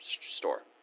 store